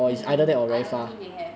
mm I don't think they have